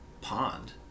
pond